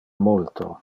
multo